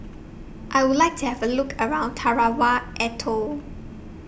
I Would like to Have A Look around Tarawa Atoll